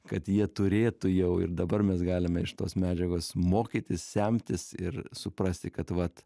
kad jie turėtų jau ir dabar mes galime iš tos medžiagos mokytis semtis ir suprasti kad vat